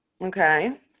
Okay